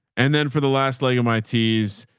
and then for the last leg of my t's,